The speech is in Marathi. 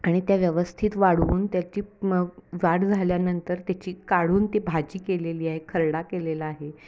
आणि त्या व्यवस्थित वाढवून त्याची मग वाढ झाल्यानंतर त्याची काढून ती भाजी केलेली आहे खरडा केलेला आहे